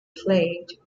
plagued